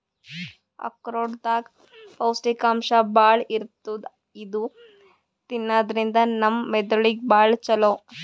ಆಕ್ರೋಟ್ ದಾಗ್ ಪೌಷ್ಟಿಕಾಂಶ್ ಭಾಳ್ ಇರ್ತದ್ ಇದು ತಿನ್ನದ್ರಿನ್ದ ನಮ್ ಮೆದಳಿಗ್ ಭಾಳ್ ಛಲೋ